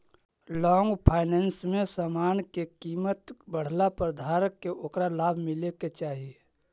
long finance में समान के कीमत बढ़ला पर धारक के ओकरा लाभ मिले के चाही